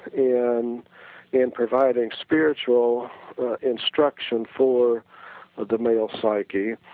in in providing spiritual instruction for the male society,